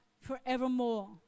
forevermore